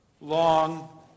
long